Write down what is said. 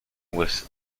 was